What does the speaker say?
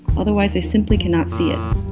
otherwise they simply cannot see it.